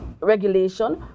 regulation